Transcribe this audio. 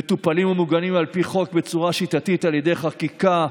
מטופלים ומוגנים על פי חוק בצורה שיטתית על ידי חקיקה,